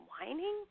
whining